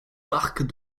parc